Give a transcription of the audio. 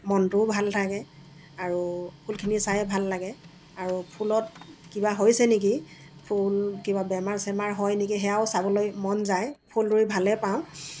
মনটোও ভাল থাকে আৰু ফুলখিনি চাই ভাল লাগে আৰু ফুলত কিবা হৈছে নেকি ফুল কিবা বেমাৰ চেমাৰ হয় নিকি সেয়াও চাবলৈ মন যায় ফুল ৰুই ভালে পাওঁ